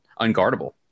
unguardable